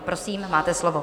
Prosím, máte slovo.